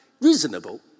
reasonable